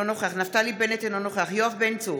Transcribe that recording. אינו נוכח נפתלי בנט, אינו נוכח יואב בן צור,